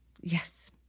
Yes